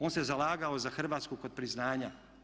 On se zalagao za Hrvatsku kod priznanja.